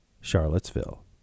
Charlottesville